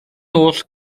oll